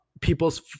people's